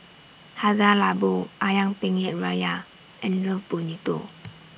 Hada Labo Ayam Penyet Ria and Love Bonito